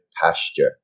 pasture